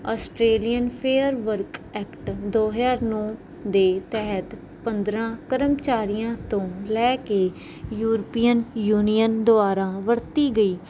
Australian fair work act ਦੋ ਹਜਾਰ ਨੋ ਦੇ ਤਹਿਤ ਪੰਦਰਾ ਕਰਮਚਾਰੀਆਂ ਤੋਂ ਲੈ ਕੇ ਯੂਰਪੀਅਨ ਯੂਨੀਅਨ ਦੁਆਰਾ ਵਰਤੀ ਗਈ